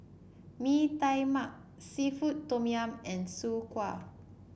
Mee Tai Mak seafood Tom Yum and Soon Kway